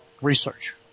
research